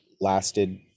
lasted